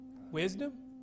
Wisdom